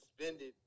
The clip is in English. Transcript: suspended